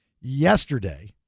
yesterday